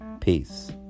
peace